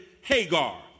Hagar